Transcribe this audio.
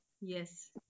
Yes